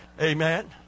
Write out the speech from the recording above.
Amen